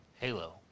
Halo